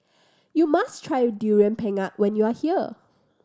you must try Durian Pengat when you are here